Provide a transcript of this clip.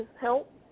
help